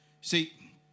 See